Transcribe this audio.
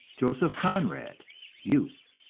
joseph conrad youth.